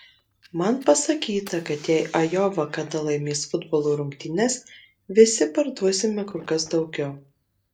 man pasakyta kad jei ajova kada laimės futbolo rungtynes visi parduosime kur kas daugiau